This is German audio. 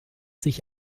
sich